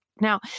Now